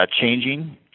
changing